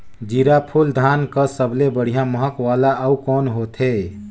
जीराफुल धान कस सबले बढ़िया महक वाला अउ कोन होथै?